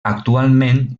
actualment